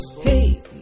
hey